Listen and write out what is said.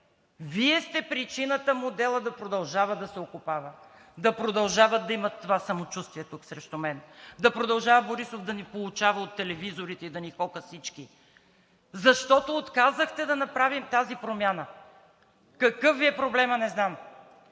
Вие сте причината моделът да продължава да се окопава, да продължават да имат това самочувствие тук срещу мен, да продължава Борисов да ни поучава от телевизорите и да ни хока всички. Защото отказахте да направим тази промяна. Какъв Ви е проблемът? – Не знам.